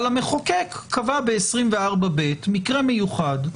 אבל המחוקק קבע ב-24(ב) מקרה מיוחד,